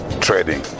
trading